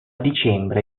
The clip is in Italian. dicembre